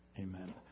amen